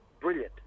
brilliant